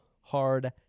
hard